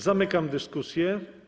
Zamykam dyskusję.